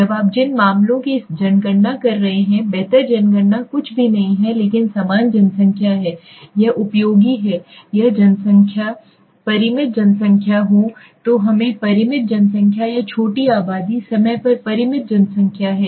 जब आप जिन मामलों की जनगणना कर रहे हैं बेहतर जनगणना कुछ भी नहीं है लेकिन समान जनसंख्या है यह उपयोगी है जब जनसंख्या परिमित जनसंख्या हो तो हमें परिमित जनसंख्या या छोटी आबादी समय एक परिमित जनसंख्या है